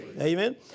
Amen